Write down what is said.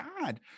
God